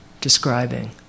describing